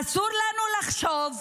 אסור לנו לחשוב,